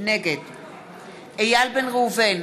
נגד איל בן ראובן,